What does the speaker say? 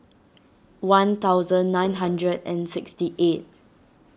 one thousand nine hundred and sixty eight